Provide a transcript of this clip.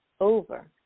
over